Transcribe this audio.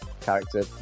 character